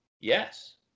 Yes